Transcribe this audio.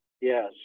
Yes